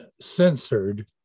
censored